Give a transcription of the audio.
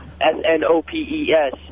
S-N-O-P-E-S